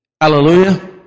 Hallelujah